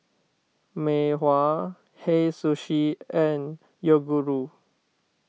Mei Hua Hei Sushi and Yoguru